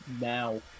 now